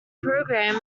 program